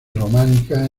románica